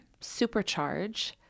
supercharge